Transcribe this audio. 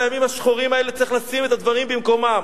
בימים השחורים האלה צריך לשים את הדברים במקומם.